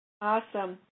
awesome